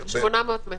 מה זה מקום גדול?